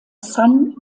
san